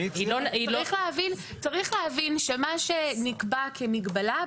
צריך להבין שמה שנקבע כמגבלה,